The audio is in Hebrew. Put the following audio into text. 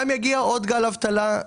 גם יגיע עוד גל אבטלה.